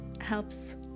helps